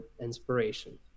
inspiration